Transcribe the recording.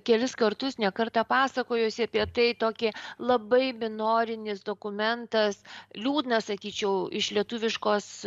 kelis kartus ne kartą pasakojusi apie tai tokį labai minorinis dokumentas liūdna sakyčiau iš lietuviškos